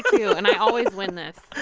but too, and i always win this